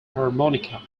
harmonica